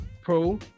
pro